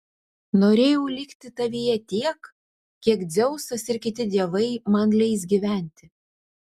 norėjau likti tavyje tiek kiek dzeusas ir kiti dievai man leis gyventi